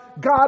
God